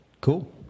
Cool